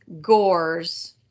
gores